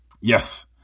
Yes